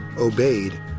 obeyed